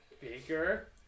Bigger